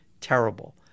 terrible